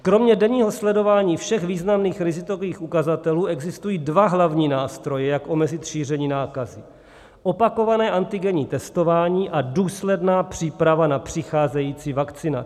Kromě denního sledování všech významných rizikových ukazatelů existují dva hlavní nástroje, jak omezit šíření nákazy: Opakované antigenní testování a důsledná příprava na přicházející vakcinaci.